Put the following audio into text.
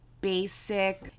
basic